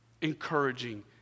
encouraging